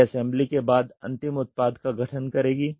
यह असेंबली के बाद अंतिम उत्पाद का गठन करेगी